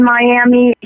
Miami